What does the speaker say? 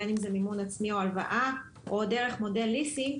בין אם זה מימון עצמי או הלוואה או דרך מודל ליסינג,